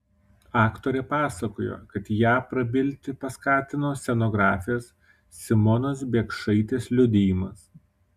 aktorė pasakojo kad ją prabilti paskatino scenografės simonos biekšaitės liudijimas